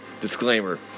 Disclaimer